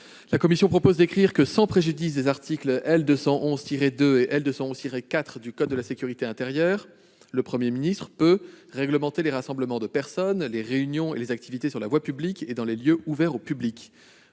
La commission propose d'écrire que, « sans préjudice des articles L. 211-2 et L. 211-4 du code de la sécurité intérieure », le Premier ministre peut « réglementer les rassemblements de personnes, les réunions et les activités sur la voie publique et dans les lieux ouverts au public